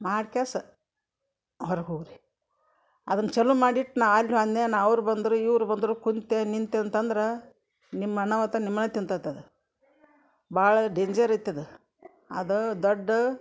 ಮಾಡ್ಕೆಸ್ ಹೊರಗೆ ಹೋಗಿ ರೀ ಅದನ್ನು ಚಾಲೂ ಮಾಡಿಟ್ಟು ನಾ ಅಲ್ಲಿ ಹೋದ್ನೆ ನಾ ಅವ್ರು ಬಂದರು ಇವ್ರು ಬಂದರು ಕೂತೆ ನಿಂತೆ ಅಂತಂದ್ರೆ ನಿಮ್ಮ ಅನಾಹುತ ನಿಮ್ಮ ನ್ನೇ ತಿನ್ತೈತದು ಭಾಳ ಡೆಂಜರ್ ಐತೆದು ಅದು ದೊಡ್ಡ